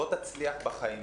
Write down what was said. בוא תצליח בחיים.